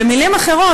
במילים אחרות,